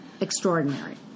extraordinary